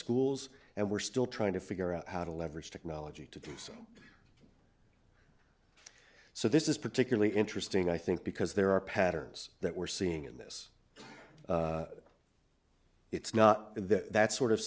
schools and we're still trying to figure out how to leverage technology to do so so this is particularly interesting i think because there are patterns that we're seeing in this it's not the that sort of